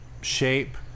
shape